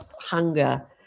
hunger